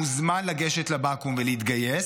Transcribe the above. מוזמן לגשת לבקו"ם ולהתגייס,